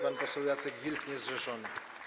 Pan poseł Jacek Wilk, niezrzeszony.